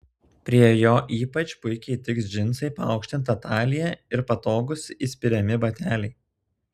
prie jo ypač puikiai tiks džinsai paaukštinta talija ir patogūs įspiriami bateliai